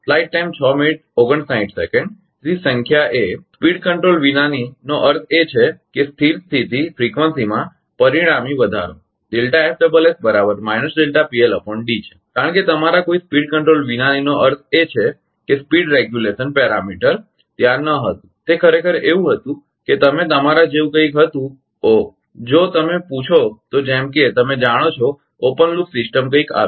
તેથી સંખ્યા એ સ્પીડ કંટ્રોલ વિનાની નો અર્થ એ છે કે સ્થિર સ્થિતી ફ્રીકવંસીમાં પરિણામી વધારો છે કારણ કે તમારા કોઈ સ્પીડ કંટ્રોલ વિનાની નો અર્થ એ છે કે સ્પીડ રેગ્યુલેશન પેરામીટર ત્યાં ન હતું તે ખરેખર એવું હતું કે તમે તમારા જેવું કંઈક હતું ઓહ જો તમે પૂછો તો જેમ કે તમે જાણો છો ઓપન લૂપ સિસ્ટમ કંઇક આવી